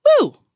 Woo